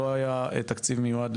לא היה תקציב מיועד,